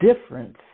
difference